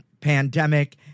pandemic